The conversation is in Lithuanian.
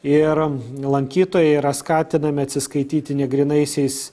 ir lankytojai yra skatinami atsiskaityti negrynaisiais